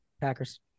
Packers